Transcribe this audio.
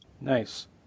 Nice